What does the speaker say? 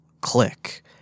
click